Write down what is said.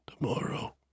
tomorrow